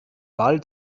wahl